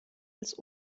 als